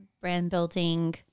brand-building